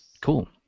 Cool